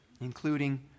including